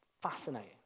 fascinating